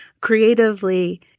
creatively